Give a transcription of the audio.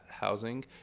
housing